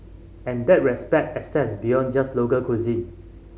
and that respect extends beyond just local cuisine